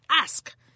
ask